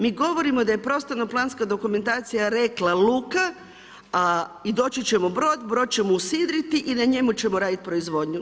Mi govorimo da je prostorno planska dokumentacija rekla luka, a i doći ćemo brod, brod ćemo usidriti i na njemu ćemo radit proizvodnju.